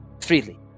freely